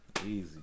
Easy